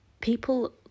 people